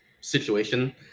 situation